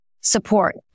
support